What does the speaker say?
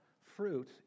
fruit